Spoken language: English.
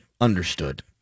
understood